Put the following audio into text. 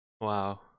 Wow